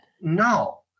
no